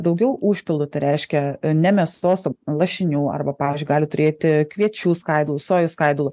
daugiau užpilų tai reiškia ne mėsos lašinių arba pavyzdžiui gali turėti kviečių skaidulų sojų skaidulų